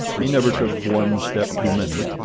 he never took one step too many,